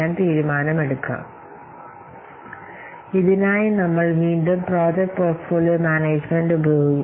ഏത് പുതിയ പ്രോജക്ടുകൾ സ്വീകരിക്കണമെന്നും നിലവിലുള്ളവ ഉപേക്ഷിക്കണമെന്നും എങ്ങനെ തീരുമാനിക്കാം ഇതിനായി നമ്മൾ വീണ്ടും പ്രോജക്റ്റ് പോർട്ട്ഫോളിയോ മാനേജുമെന്റ് ഉപയോഗിക്കണം